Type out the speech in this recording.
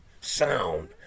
sound